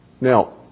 Now